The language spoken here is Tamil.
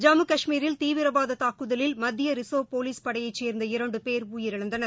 ஜம்மு கஷ்மீரில் தீவிரவாததாக்குதலில் மத்தியரிசா்வ் போலீஸ் படையைசேன்ந்த இரண்டுபேர் உயிரிழந்தனர்